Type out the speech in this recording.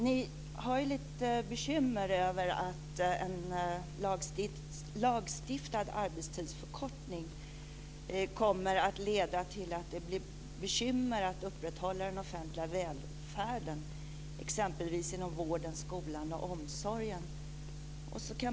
Ni har ju lite bekymmer med att en lagstiftad arbetstidsförkortning kommer att leda till att det blir problem med att upprätthålla den offentliga välfärden exempelvis inom vården, skolan och omsorgen.